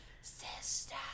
Sister